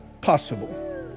possible